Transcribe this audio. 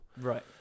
Right